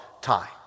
time